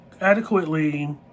adequately